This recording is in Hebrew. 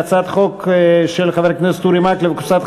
ההצעה להעביר את הצעת חוק דמי מחלה (היעדרות בשל מחלת ילד)